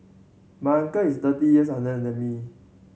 my uncle is thirty years younger than me